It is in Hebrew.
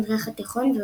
המזרח התיכון ואוסטרליה.